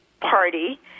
party